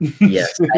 Yes